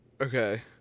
Okay